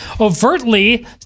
overtly